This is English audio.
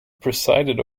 presided